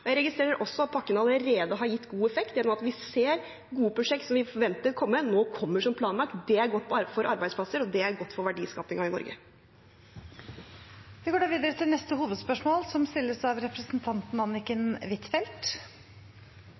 Jeg registrerer også at pakkene allerede har gitt god effekt gjennom det vi ser av gode prosjekter som vi forventet ville komme, som nå kommer som planlagt. Det er godt for arbeidsplassene, og det er godt for verdiskapingen i Norge. Vi går videre til neste hovedspørsmål, som stilles av representanten Anniken Huitfeldt.